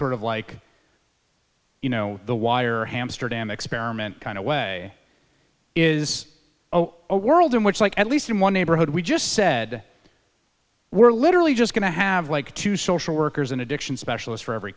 sort of like you know the wire hamsterdam experiment kind of way is oh a world in which like at least in one neighborhood we just said we're literally just going to have like two social workers an addiction specialist for every